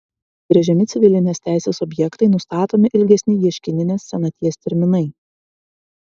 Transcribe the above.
apibrėžiami civilinės teisės objektai nustatomi ilgesni ieškininės senaties terminai